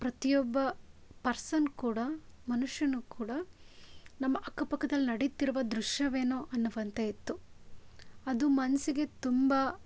ಪ್ರತಿಯೊಬ್ಬ ಪರ್ಸನ್ ಕೂಡ ಮನುಷ್ಯನು ಕೂಡ ನಮ್ಮ ಅಕ್ಕಪಕ್ಕದಲ್ಲಿ ನಡೀತಿರುವ ದೃಶ್ಯವೇನೋ ಅನ್ನುವಂತೆ ಇತ್ತು ಅದು ಮನಸ್ಸಿಗೆ ತುಂಬ